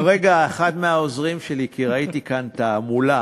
כרגע אחד מהעוזרים שלי, כי ראיתי כאן את ההמולה,